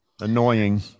Annoying